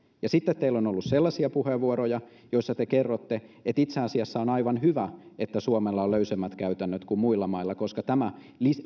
ja sitten teillä on ollut sellaisia puheenvuoroja joissa te kerrotte että itse asiassa on aivan hyvä että suomella on löysemmät käytännöt kuin muilla mailla koska tämä